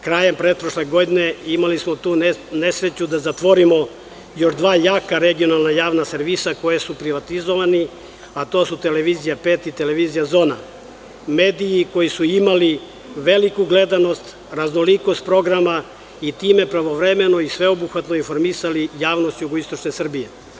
Krajem pretprošle godine imali smo tu nesreću da zatvorimo još dva jaka regionalna javna servisa koji su privatizovani, a to su „Televizija pet“ i „Televizija zona“, mediji koji su imali veliku gledanost, raznolikost programa i time pravovremeno i sveobuhvatno informisali javnost jugoistočne Srbije.